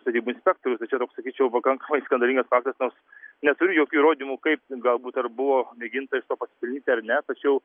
statybų inspektorius tai čia toks sakyčiau pakankamai skandalingas faktas nors neturiu jokių įrodymų kaip galbūt ar buvo mėginta iš to pasipelnyti ar ne tačiau